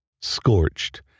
Scorched